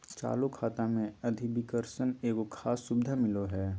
चालू खाता मे अधिविकर्षण एगो खास सुविधा मिलो हय